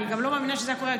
אני גם לא מאמינה שזה היה קורה,